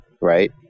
right